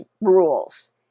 rules